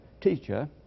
teacher